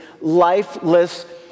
lifeless